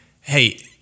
hey